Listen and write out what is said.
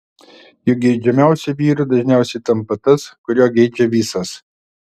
juk geidžiamiausiu vyru dažniausiai tampa tas kurio geidžia visos